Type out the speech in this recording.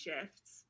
shifts